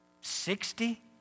sixty